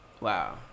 Wow